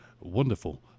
wonderful